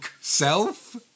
self